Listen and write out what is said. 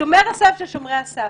שומר הסף של שומרי הסף.